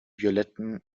violetten